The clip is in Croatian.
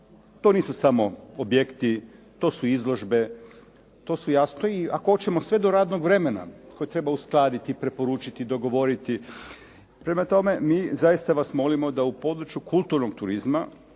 To nisu samo objekti, to su izložbe, to su jasno ako hoćemo sve do radnog vremena koje treba uskladiti, preporučiti, dogovoriti. Prema tome, mi zaista vas molimo da u području kulturnog turizma